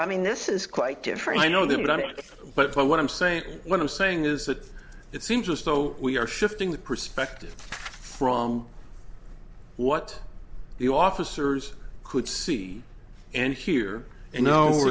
i mean this is quite different i know that i guess but but what i'm saying what i'm saying is that it seems as though we are shifting the perspective from what the officers could see and hear and know